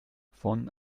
von